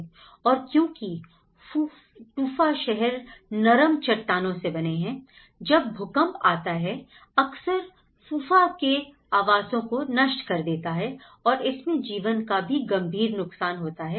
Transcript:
और क्योंकि फूफा शिखर नरम चट्टानों से बने हैं जब भूकंप आता है अक्सर फूफा के आवासों को नष्ट कर देता है और इसमें जीवन का भी गंभीर नुकसान होता है